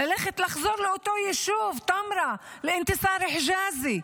נחזור לאותו יישוב, טמרה, לאינתיסאר חיג'אזי,